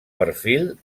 perfil